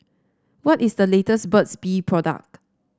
what is the latest Burt's Bee product